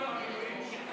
בהצעה שלך שגם